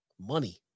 Money